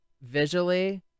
visually